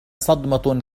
صدمة